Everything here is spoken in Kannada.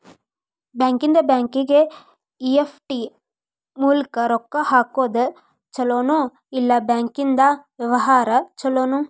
ಬ್ಯಾಂಕಿಂದಾ ಬ್ಯಾಂಕಿಗೆ ಇ.ಎಫ್.ಟಿ ಮೂಲ್ಕ್ ರೊಕ್ಕಾ ಹಾಕೊದ್ ಛಲೊನೊ, ಇಲ್ಲಾ ಬ್ಯಾಂಕಿಂದಾ ವ್ಯವಹಾರಾ ಛೊಲೊನೊ?